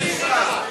פעם שנייה,